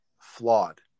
flawed